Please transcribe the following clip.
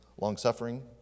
Long-suffering